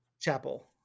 Chapel